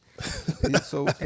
so-